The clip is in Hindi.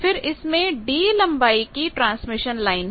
फिर इसमें d लंबाई की ट्रांसमिशन लाइन है